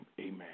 Amen